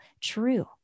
true